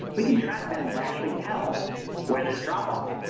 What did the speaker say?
we can track that and actually tell where there is drop off.